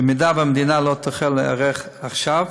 במידה שהמדינה לא תחל להיערך עכשיו,